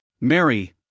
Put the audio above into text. Mary